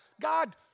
God